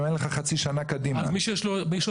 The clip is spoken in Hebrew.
ולכן פיתחנו אפליקציה שנקראת --- שממש בימים